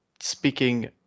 speaking